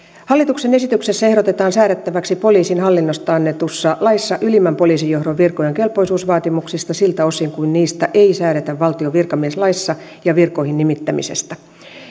hallituksen esityksessä ehdotetaan säädettäväksi poliisin hallinnosta annetussa laissa ylimmän poliisijohdon virkojen kelpoisuusvaatimuksista siltä osin kuin niistä ei säädetä valtion virkamieslaissa ja virkoihin nimittämisestä